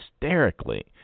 hysterically